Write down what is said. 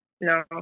No